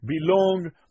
belong